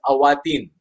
Awatin